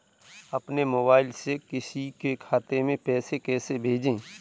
अपने मोबाइल से किसी के खाते में पैसे कैसे भेजें?